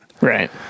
Right